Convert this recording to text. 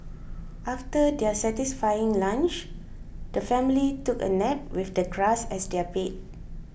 after their satisfying lunch the family took a nap with the grass as their bed